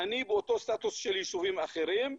אני באותו סטטוס של יישובים אחרים.